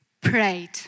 prayed